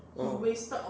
oh